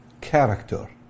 Character